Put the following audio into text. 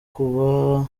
kuba